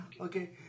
Okay